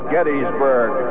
Gettysburg